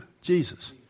Jesus